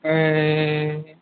ए